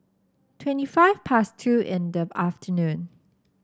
twenty five past two in the afternoon